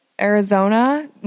Arizona